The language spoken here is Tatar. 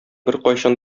беркайчан